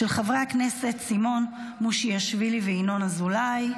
של חברי הכנסת סימון מושיאשוילי וינון אזולאי.